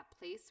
place